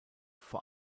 vor